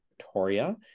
Victoria